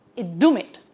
it doomed it.